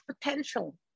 potential